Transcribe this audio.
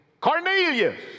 Cornelius